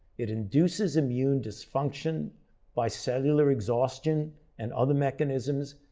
it induces immune dysfunction by cellular exhaustion and other mechanisms,